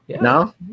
No